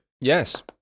Yes